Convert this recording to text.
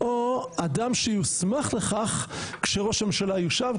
או אדם שיוסמך לכך כשראש הממשלה יושב.